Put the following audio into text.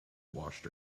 washed